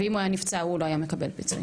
ואם הוא היה נפצע הוא לא היה מקבל פיצויים.